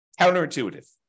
Counterintuitive